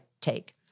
take